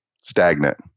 stagnant